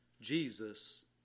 Jesus